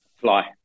Fly